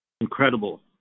Incredible